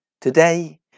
Today